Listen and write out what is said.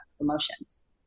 emotions